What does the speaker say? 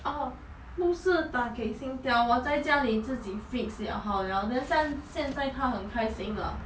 oh 不是打给 singtel 我在家里自己 fix 了好了 then 现在她很开心了